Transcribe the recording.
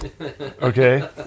Okay